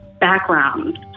background